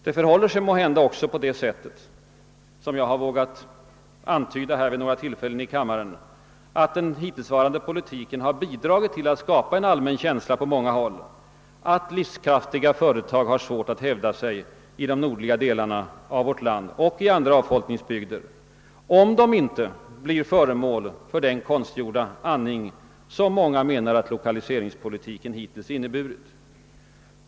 Det förhåller sig måhända också så, som jag har vågat antyda vid några tillfällen här i kammaren, att den hittillsvarande politiken har bidragit till att skapa en allmän känsla på många håll, att livskraftiga företag har svårt att hävda sig i de nordliga delarna av vårt land och i andra avfolkningsbygder, om de inte blir föremål för den konstgjorda andning som många menar att lokaliseringspolitiken hittills inneburit.